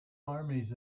armies